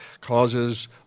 causes